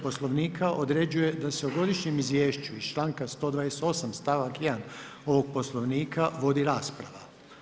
Poslovnika, određuje da se u godišnjem i u izvješću iz članka 128. stavak 1, ovog Poslovnika vodi rasprava.